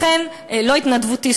לא התנדבותי,